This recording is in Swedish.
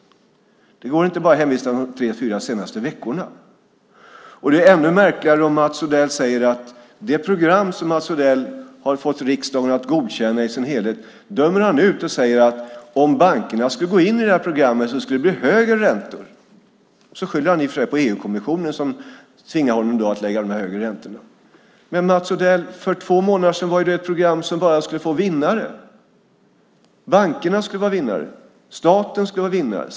Det går inte att bara hänvisa till de tre fyra senaste veckorna. Det är ännu märkligare när Mats Odell dömer ut det program som han har fått riksdagen att godkänna i sin helhet. Han säger att om bankerna skulle gå in i det programmet skulle det bli högre räntor. Han skyller i och för sig på EU-kommissionen som tvingar honom att lägga de högre räntorna. Men, Mats Odell, för två månader sedan var det ett program som bara skulle få vinnare. Bankerna skulle vara vinnare. Staten skulle vara vinnare.